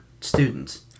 students